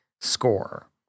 score